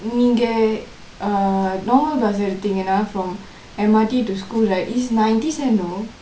நீங்க:neengka normal bus எடுத்திங்கனா:eduthingkanaa from M_R_T to school is ninety cents you know